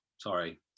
Sorry